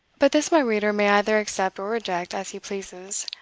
but this my reader may either accept or reject as he pleases.